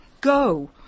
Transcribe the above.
go